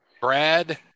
Brad